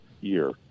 year